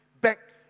back